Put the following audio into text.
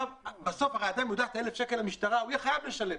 את ה-1,000 שקלים למשטרה הוא יהיה חייב לשלם.